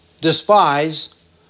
despise